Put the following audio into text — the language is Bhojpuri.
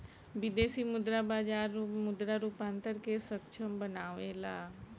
विदेशी मुद्रा बाजार मुद्रा रूपांतरण के सक्षम बनावेला